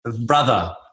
brother